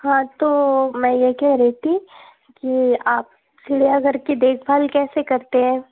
हाँ तो मैं यह कह रही थी कि आप चिड़ियाघर की देखभाल कैसे करते हो